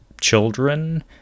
children